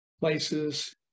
places